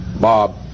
Bob